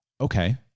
Okay